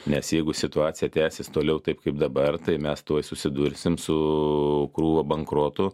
nes jeigu situacija tęsis toliau taip kaip dabar tai mes tuoj susidursim su krūva bankrotų